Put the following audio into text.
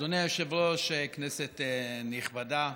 אדוני היושב-ראש, כנסת נכבדה,